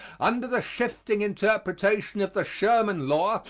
under the shifting interpretation of the sherman law,